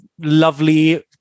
lovely